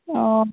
অঁ